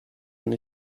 and